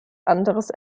anderes